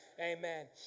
Amen